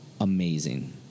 amazing